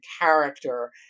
character